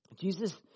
Jesus